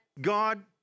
God